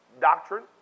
doctrine